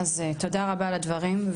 אז תודה רבה על הדברים,